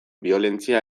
biolentzia